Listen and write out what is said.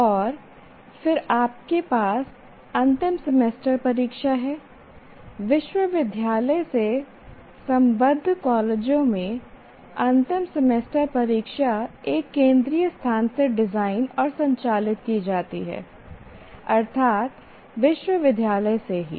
और फिर आपके पास अंतिम सेमेस्टर परीक्षा है विश्वविद्यालय से संबद्ध कॉलेजों में अंतिम सेमेस्टर परीक्षा एक केंद्रीय स्थान से डिज़ाइन और संचालित की जाती है अर्थात विश्वविद्यालय से ही